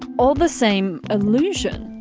or the same illusion?